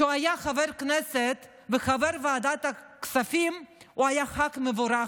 שכשהוא היה חבר כנסת וחבר ועדת הכספים הוא היה ח"כ מבורך,